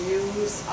use